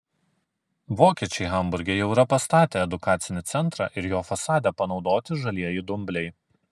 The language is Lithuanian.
vokiečiai hamburge jau yra pastatę edukacinį centrą ir jo fasade panaudoti žalieji dumbliai